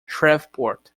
shreveport